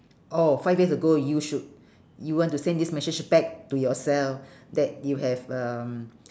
oh five years ago you should you want to send this message back to yourself that you have um